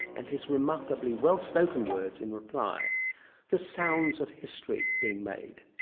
and his remarkably well-spoken words in reply the sounds of history being made.